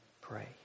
pray